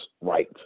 right